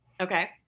Okay